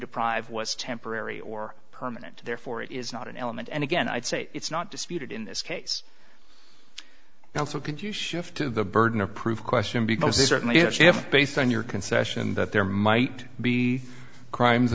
deprive was temporary or permanent therefore it is not an element and again i'd say it's not disputed in this case and also could you shift the burden of proof question because this certainly if based on your concession that there might be crimes